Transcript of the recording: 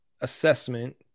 assessment